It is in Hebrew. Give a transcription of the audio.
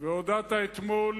והודעת אתמול,